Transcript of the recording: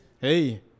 Hey